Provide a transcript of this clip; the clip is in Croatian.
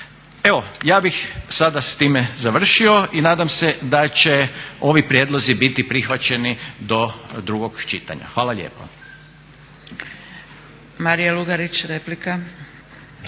Evo, ja bih sada s time završio. Nadam se da će ovi prijedlozi biti prihvaćeni do drugog čitanja. Hvala lijepa.